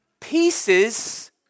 Pieces